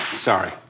Sorry